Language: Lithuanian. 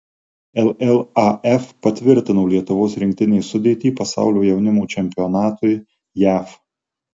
llaf patvirtino lietuvos rinktinės sudėtį pasaulio jaunimo čempionatui jav